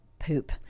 poop